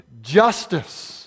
justice